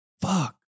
Fuck